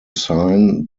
sign